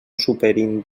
superin